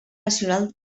nacional